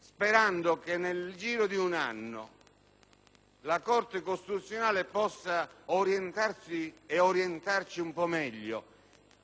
sperando che nel giro di un anno la Corte costituzionale possa orientarsi e orientarci un po' meglio: